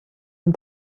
den